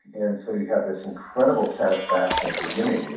and so you have this incredible satisfaction at the beginning.